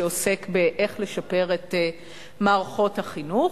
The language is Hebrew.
ואשר עוסק באיך לשפר את מערכות החינוך.